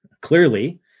clearly